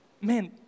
man